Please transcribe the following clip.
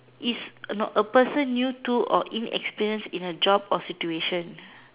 is a no a person new to or inexperience in a job or situation